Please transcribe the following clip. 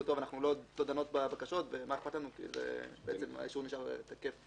שהן לא דנות בבקשות ומה אכפת להן כי האישור נשאר תקף.